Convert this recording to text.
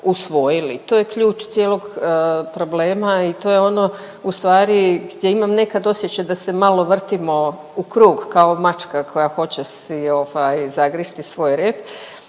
To je ključ cijelog problema i to je ono ustvari gdje imam nekad osjećaj da se malo vrtimo u krug kao mačka koja hoće si ovaj zagristi svoj rep,